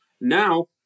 now